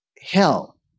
hell